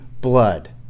blood